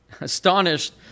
Astonished